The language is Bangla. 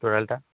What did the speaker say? টোটালটা